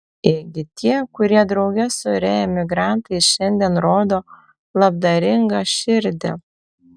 ėgi tie kurie drauge su reemigrantais šiandien rodo labdaringą širdį